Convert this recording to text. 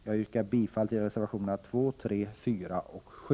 Jag yrkar bifall till reservationerna 2, 3, 4 och 7.